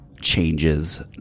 changes